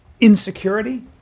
insecurity